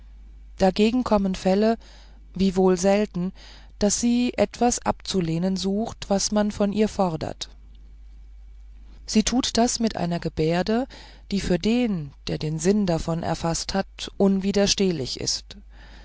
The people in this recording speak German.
dagegen kommen fälle wiewohl selten daß sie etwas abzulehnen sucht was man von ihr fordert sie tut das mit einer gebärde die für den der den sinn davon gefaßt hat unwiderstehlich ist